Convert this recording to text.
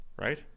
right